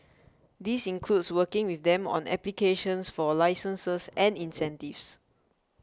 this includes working with them on applications for licenses and incentives